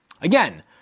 Again